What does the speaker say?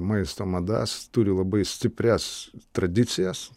maisto madas turi labai stiprias tradicijas